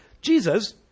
Jesus